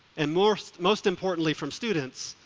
and most most importantly from students,